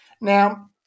Now